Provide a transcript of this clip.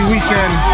Weekend